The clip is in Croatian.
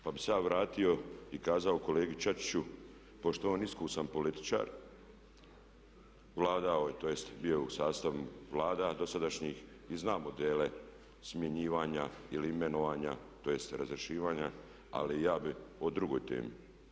Pa bih se ja vratio i kazao kolegi Čačiću, pošto je on iskusan političar, vladao je, tj. bio je u sastavu vlada dosadašnjih i zna modele smjenjivanja ili imenovanja, tj. razrješivanja, ali ja bih o drugoj temi.